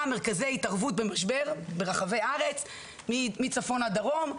מרכזי התערבות במשבר ברחבי הארץ מצפון עד דרום,